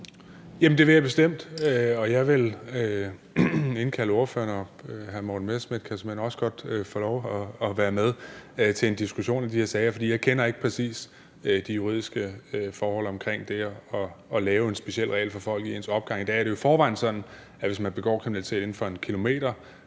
jeg bestemt, og jeg vil indkalde ordførerne – og hr. Morten Messerschmidt kan såmænd også godt få lov at være med – til en diskussion af de her sager, for jeg kender ikke præcis til de juridiske forhold i forbindelse med det at lave en speciel regel for folk i en opgang. I dag er det jo i forvejen sådan, at hvis man begår kriminalitet inden for 1 km fra